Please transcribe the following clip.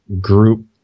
group